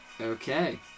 Okay